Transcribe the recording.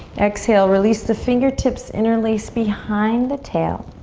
exhale, release the fingertips interlace behind the tail.